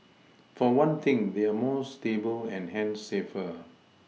for one thing they are more stable and hence safer